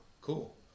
cool